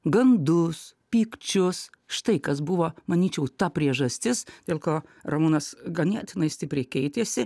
gandus pykčius štai kas buvo manyčiau ta priežastis dėl ko ramūnas ganėtinai stipriai keitėsi